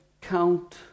count